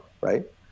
right